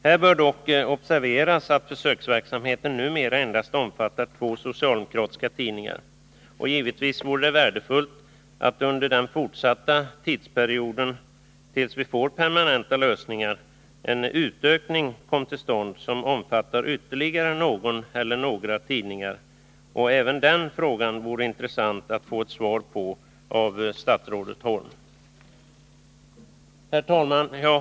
Här bör dock observeras att försöksverksamheten numera endast omfattar två socialdemokratiska tidningar. Givetvis vore det värdefullt att under den fortsatta tidsperioden — tills vi får permanenta lösningar — en utökning kom till stånd som omfattade ytterligare någon eller några tidningar. Även den frågan vore intressant att få ett svar på av statsrådet Holm.